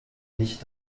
nicht